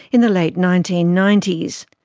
in the late nineteen ninety s.